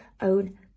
own